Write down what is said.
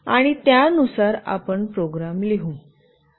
आणि त्यानुसार आपण प्रोग्राम लिहू